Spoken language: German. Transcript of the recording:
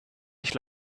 nicht